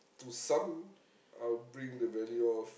to some I'll bring the value of